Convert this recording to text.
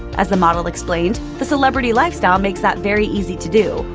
as the model explained, the celebrity lifestyle makes that very easy to do.